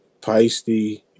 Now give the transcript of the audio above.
Peisty